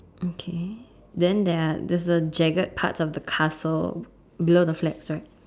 okay then there are there's a jagged parts of the castle below the flags correct